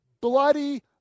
bloody